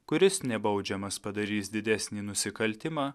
kuris nebaudžiamas padarys didesnį nusikaltimą